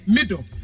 Middle